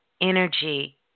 energy